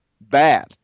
bad